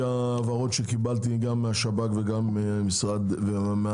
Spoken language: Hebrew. ההבהרות שקיבלתי גם מהשב"כ וגם מהמל"ל,